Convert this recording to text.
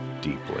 deeply